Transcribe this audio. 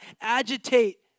agitate